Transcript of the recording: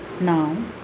Now